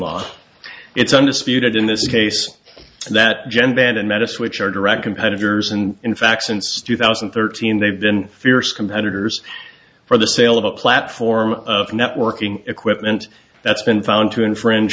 law it's undisputed in this case that gen dan and medicine which are direct competitors and in fact since two thousand and thirteen they've been fierce competitors for the sale of a platform of networking equipment that's been found to infringe